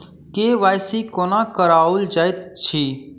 KYC कोना कराओल जाइत अछि?